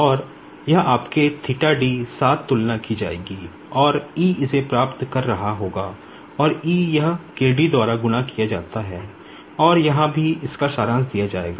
और यह आपके साथ तुलना की जाएगी और इसे प्राप्त कर रहा होगा और यह K D द्वारा गुणा किया जाता है और यहां भी इसका सारांश दिया जाएगा